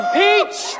peach